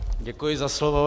Děkuji za slovo.